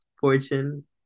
fortune